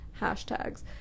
hashtags